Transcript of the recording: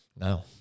No